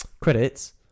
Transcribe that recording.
credits